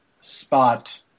spot